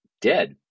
dead